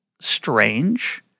strange